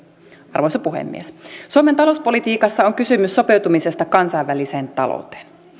arvoisa puhemies suomen talouspolitiikassa on kysymys sopeutumisesta kansainväliseen talouteen